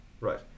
Right